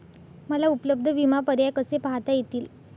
मला उपलब्ध विमा पर्याय कसे पाहता येतील?